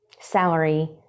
salary